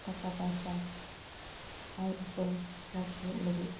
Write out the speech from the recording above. ᱴᱟᱠᱟ ᱯᱟᱭᱥᱟ ᱟᱭ ᱩᱯᱟᱹᱭ ᱢᱚᱡᱽ ᱦᱩᱭᱩᱜ ᱞᱟᱹᱜᱤᱫ